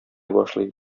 башлый